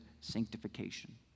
sanctification